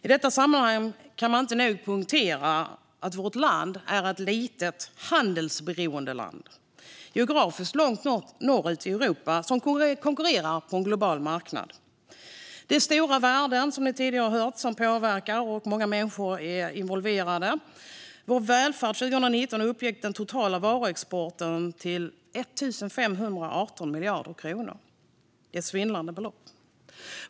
I detta sammanhang kan man inte nog poängtera att vårt land är ett litet, handelsberoende land som geografiskt ligger långt norrut i Europa och som konkurrerar på en global marknad. Som vi tidigare har hört är det stora värden som påverkar, och många människor är involverade. År 2019 uppgick den totala varuexporten till 1 518 miljarder kronor - det är ett svindlande belopp.